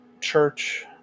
church